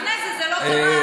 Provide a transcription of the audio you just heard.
לפני זה זה לא קרה.